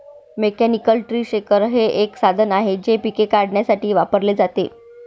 mechanical tree shaker हे एक साधन आहे जे पिके काढण्यासाठी वापरले जाते